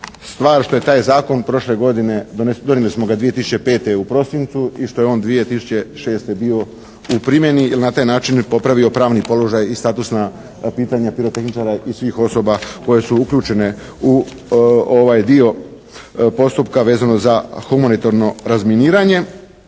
stvar što je taj Zakon prošle godine, donijeli smo ga 2005. u prosincu i što je on 2006. bio u primjeni jer na taj način je popravio pravni položaj i statusna pitanja pirotehničara i svih osoba koje su uključene u ovaj dio postupka vezano za humanitarno razminiranje,